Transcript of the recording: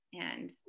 And-